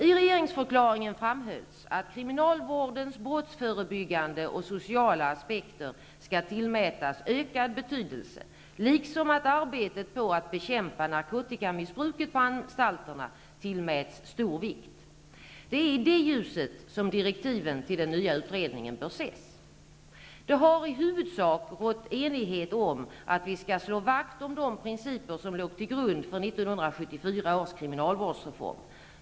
I regeringsförklaringen framhölls att kriminalvårdens brottsförebyggande och sociala aspekter skall tillmätas ökad betydelse liksom att arbetet på att bekämpa narkotikamissbruket på anstalterna tillmäts stor vikt. Det är i det ljuset som direktiven till den nya utredningen bör ses. Det har i huvudsak rått enighet om att vi skall slå vakt om de principer som låg till grund för 1974 års kriminalvårdsreform.